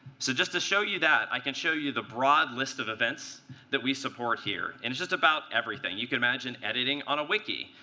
so just to show you that, i can show you the broad list of events that we support here. and it's just about everything. you can imagine editing on a wiki,